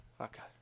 Okay